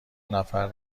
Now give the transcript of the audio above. نفر